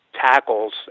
tackles